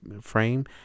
frame